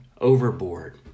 overboard